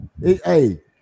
Hey